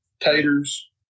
taters